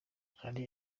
hari